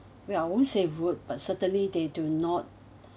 well I won't say rude but certainly they do not